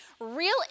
real